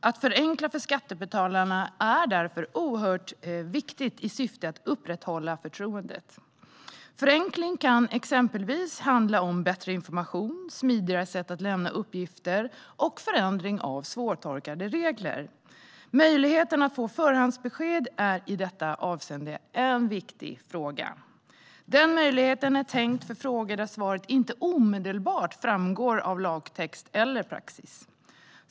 Att förenkla för skattebetalarna är därför oerhört viktigt i syfte att upprätthålla förtroendet. Förenkling kan exempelvis handla om bättre information, smidigare sätt att lämna uppgifter och förändring av svårtolkade regler. Möjligheten att få förhandsbesked är i detta avseende en viktig fråga. Den möjligheten är tänkt för frågor där svaret inte omedelbart framgår av lagtext eller praxis.